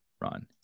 run